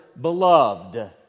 beloved